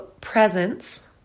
presence